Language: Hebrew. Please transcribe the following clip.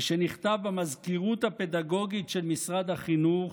ושנכתב במזכירות הפדגוגית של משרד החינוך,